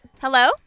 Hello